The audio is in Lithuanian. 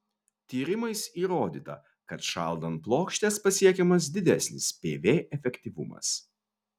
tyrimais įrodyta kad šaldant plokštes pasiekiamas didesnis pv efektyvumas